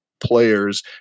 players